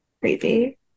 creepy